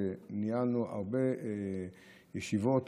שניהלנו הרבה מאוד ישיבות